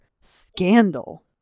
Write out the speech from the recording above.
scandal